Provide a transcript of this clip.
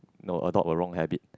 no adopt a wrong habit